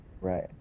Right